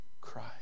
cry